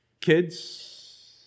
Kids